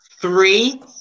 three